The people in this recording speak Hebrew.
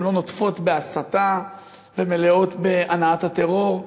הן לא נוטפות הסתה ומלאות בהנעת הטרור,